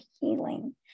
healing